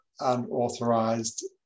unauthorized